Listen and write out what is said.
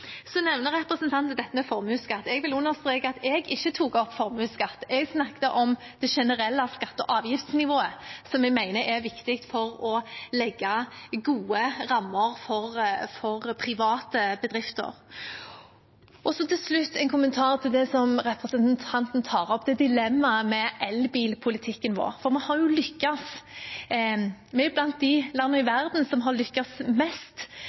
Så nevner representanten formuesskatt. Jeg vil understreke at jeg ikke tok opp formuesskatt. Jeg snakket om det generelle skatte- og avgiftsnivået, som jeg mener er viktig for å legge gode rammer for private bedrifter. Til slutt en kommentar til det som representanten tar opp, dilemmaet med elbilpolitikken vår: Vi er jo blant de landene i verden som har lykkes